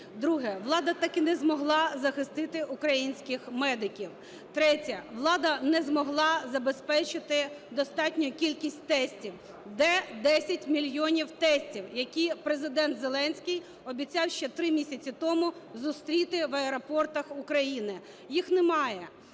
Друге. Влада так і не змогла захистити українських медиків. Третє. Влада не змогла забезпечити достатню кількість тестів. Де 10 мільйонів тестів, які Президент Зеленський обіцяв ще 3 місяці тому зустріти в аеропортах України? Їх немає.